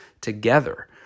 together